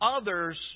others